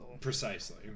Precisely